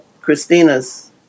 Christina's